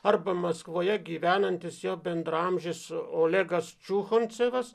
arba maskvoje gyvenantis jo bendraamžis olegas čiuhoncevas